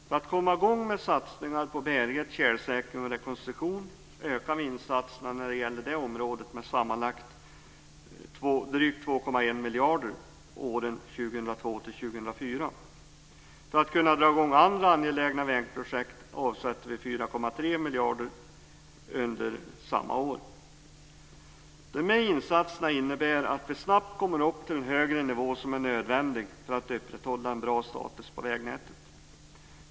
För att komma i gång med satsningar på bärighet, tjälsäkring och rekonstruktion ökar vi insatserna på det området med sammanlagt drygt 2,1 miljarder kronor under åren 2002-2004. För att kunna dra i gång andra angelägna vägprojekt avsätter vi 4,3 miljarder kronor under samma år. Dessa insatser innebär att vi snabbt kommer upp till en högre nivå, som är nödvändig för att upprätthålla en bra status på vägnätet.